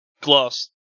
Glass